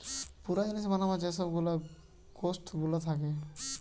পুরা জিনিস বানাবার যে সব গুলা কোস্ট গুলা থাকে